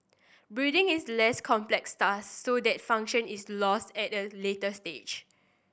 breathing is a less complex task so that function is lost at a later stage